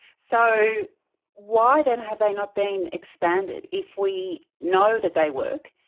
so why, then, have they not been expanded, if we know that they work,